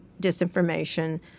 disinformation